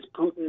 Putin